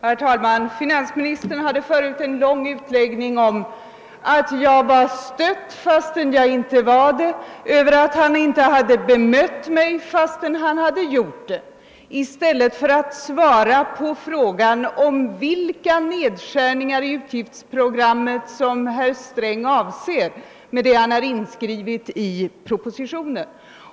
Herr talman! Finansministern framförde en lång utläggning om att jag var stött, fastän jag inte var det, och om att han inte hade bemött mig, fastän han hade gjort det, i stället för att svara på frågan vilka nedskärningar i tidsprogrammet, som herr Sträng avser med sin skrivning i propositionen.